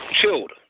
chilled